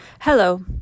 Hello